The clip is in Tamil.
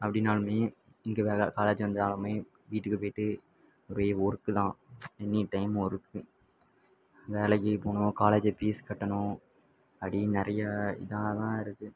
அப்படின்னாலுமே இங்கே வேறு காலேஜ் வந்தாலுமே வீட்டுக்கு போய்விட்டு போய் ஒர்க்கு தான் எனி டைம் ஒர்க்கு வேலைக்கு போகணும் காலேஜி பீஸ் கட்டணும் அப்படின்னு நிறைய இதாகதான் இருக்குது